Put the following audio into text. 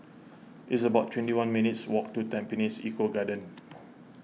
it's about twenty one minutes' walk to Tampines Eco Garden